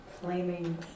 flaming